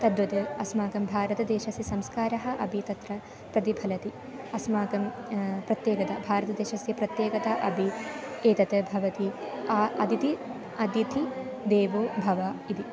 तद्वत् अस्माकं भारतदेशस्य संस्कारः अपि तत्र प्रतिफलति अस्माकं प्रत्येकता भारतदेशस्य प्रत्येकता अपि एतत् भवति अपि अतिथिः अतिथिः देवो भव इति